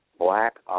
Black